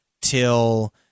till